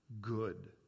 good